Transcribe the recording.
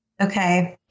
Okay